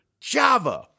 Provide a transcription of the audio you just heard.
Java